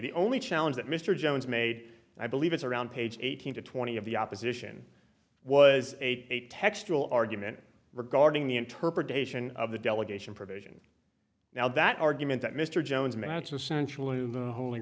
the only challenge that mr jones made i believe is around page eighteen to twenty of the opposition was a textual argument regarding the interpretation of the delegation provision now that argument that mr jones matts essential in the hol